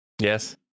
Yes